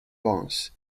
barnes